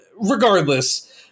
regardless